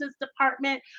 department